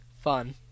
fun